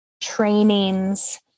trainings